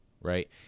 right